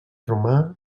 romà